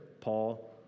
Paul